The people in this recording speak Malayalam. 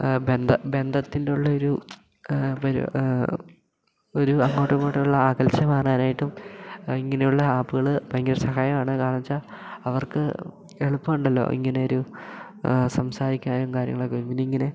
ബന്ധം ബന്ധത്തിൻ്റെയുള്ളയൊരു ഒരു അങ്ങോട്ടും ഇങ്ങോട്ടും ഉള്ള അകൽച്ച മാറാനായിട്ടും ഇങ്ങനെയുള്ള ആപ്പുകൾ ഭയങ്കര സഹായമാണ് കാരണം വെച്ചാൽ അവർക്ക് എളുപ്പം ഉണ്ടല്ലോ ഇങ്ങയൊരു സംസാരിക്കാനും കാര്യങ്ങളൊക്കെ പിന്നെ ഇങ്ങനെ